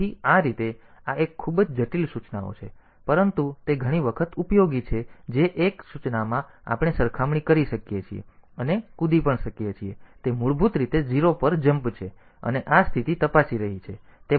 તેથી આ રીતે આ એક ખૂબ જ જટિલ સૂચના છે પરંતુ તે ઘણી વખત ઉપયોગી છે જે એક સૂચનામાં આપણે સરખામણી કરી શકીએ છીએ અને કૂદી પણ શકીએ છીએ તે મૂળભૂત રીતે 0 પર જમ્પ છે અને આ સ્થિતિ તપાસી રહી છે